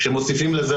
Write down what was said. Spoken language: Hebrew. כשמוסיפים לזה,